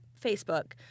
Facebook